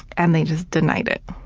and they just denied it.